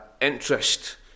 interest